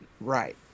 Right